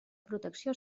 protecció